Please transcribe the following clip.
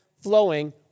flowing